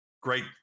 great